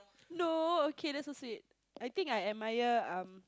no okay that's so sweet I think admire um